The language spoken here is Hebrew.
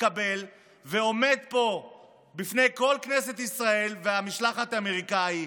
מקבל ועומד פה בפני כל כנסת ישראל והמשלחת האמריקאית,